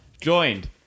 Joined